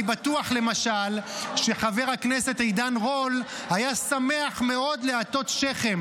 אני בטוח למשל שחבר הכנסת עידן רול היה שמח מאוד להטות שכם